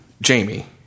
Jamie